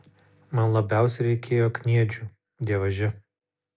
man labiausiai reikėjo kniedžių dievaži